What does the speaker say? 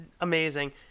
amazing